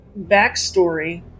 backstory